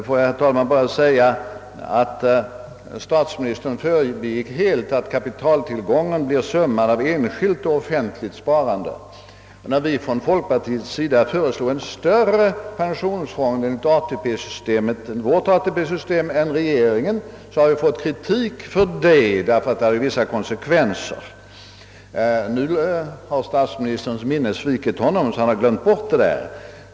Får jag, herr talman, bara påpeka, att statsministern helt förbigick att kapitaltillgången blir summan av enskilt och offentligt sparande. När vi från folkpartiets sida föreslog en större pensionsfond enligt vårt ATP system än regeringen, så fick vi kritik för det, därför att det hade vissa konsekvenser. Nu har statsministerns minne svikit honom, så att han har glömt bort detta.